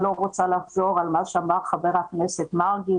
לא רוצה לחזור על מה שאמר חבר הכנסת מרגי,